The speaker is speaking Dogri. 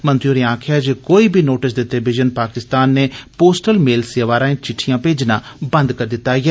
मंत्री होरें आक्खेआ जे कोई बी नोटस दिते बिजन पाकिस्तान नै पोस्टल मेल सेवा राएं चिट्ठियां भेजना बंद करी दिता ऐ